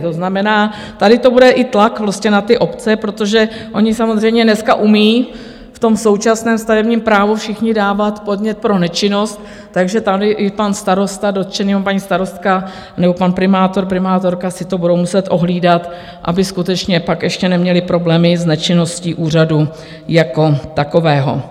To znamená, tady to bude i tlak na obce, protože oni samozřejmě dneska umí v současném stavebním právu všichni dávat podnět pro nečinnost, takže tady i pan starosta dotčený nebo paní starostka nebo pan primátor, primátorka si to budou muset ohlídat, aby skutečně pak ještě neměli problémy s nečinností úřadu jako takového.